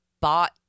bought